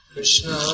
Krishna